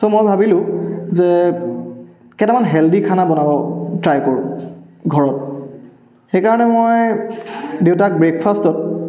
ছ' মই ভাবিলোঁ যে কেটামান হেল্ডি খানা বনাব ট্ৰাই কৰোঁ ঘৰত সেইকাৰণে মই দেউতাক ব্ৰেকফাষ্টত